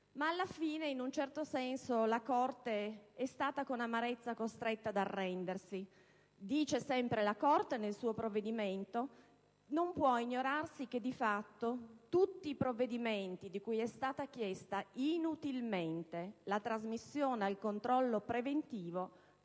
ma alla fine in un certo senso, la Corte è stata con amarezza costretta ad arrendersi. Sempre la Corte nel suo provvedimento, dice che non può ignorarsi che, di fatto, tutti i provvedimenti, di cui è stata chiesta (inutilmente) la trasmissione al controllo preventivo